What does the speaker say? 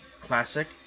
Classic